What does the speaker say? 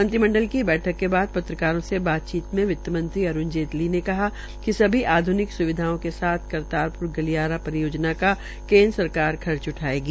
मंत्रिमंडल की बैठक के बाद पत्रकारों से बातचीत में वित्तमंत्री अरूण जेटली ने कहा कि सभी आध्निक सुविधाओं के साथ करतारप्रा गलियारा परियोजना का केन्द्र सरकार खर्च उठायेगी